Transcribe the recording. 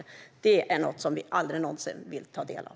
Det som händer där är något som vi aldrig någonsin vill vara en del av.